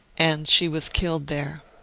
and she was killed there.